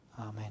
Amen